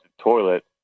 toilet